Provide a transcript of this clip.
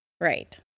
Right